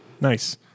nice